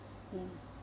mm